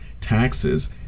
taxes